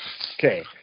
Okay